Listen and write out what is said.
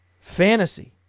Fantasy